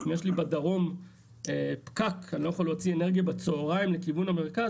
אם יש בדרום פקק ואי אפשר להוציא אנרגיה בצוהריים לכיוון המרכז,